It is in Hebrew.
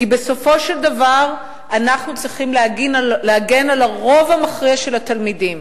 כי בסופו של דבר אנחנו צריכים להגן על הרוב המכריע של התלמידים,